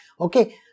okay